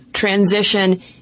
Transition